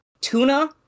tuna